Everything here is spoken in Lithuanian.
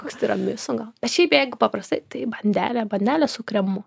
koks tiramisu gal šiaip jeigu paprastai tai bandelė bandelė su kremu